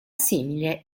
simile